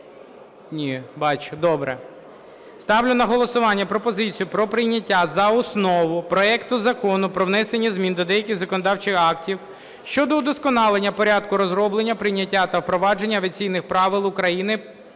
залі) Бачу, добре. Ставлю на голосування пропозицію про прийняття за основу проекту Закону про внесення змін до деяких законодавчих актів щодо удосконалення порядку розроблення, прийняття та впровадження авіаційних правил України,